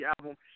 album